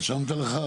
רשמת לך,